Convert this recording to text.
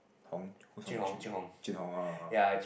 Hong who is Hong Jun Jun Hong oh oh oh